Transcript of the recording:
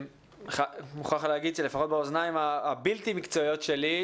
אני מוכרח לומר שלפחות באוזניים הבלתי מקצועיות שלי,